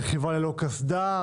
רכיבה ללא קסדה,